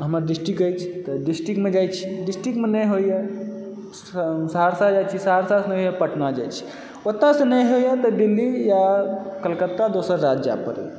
हमर डिस्ट्रिक्ट अछि तऽ डिस्ट्रिक्टमे जाइत छी डिस्ट्रिक्टमे नहि होइए सहरसा जाइ छी सहरसासे नहि होइए पटना जाइत छी ओतएसँ नहि होइए तऽ दिल्ली या कलकत्ता दोसर राज्य जाय पड़ैए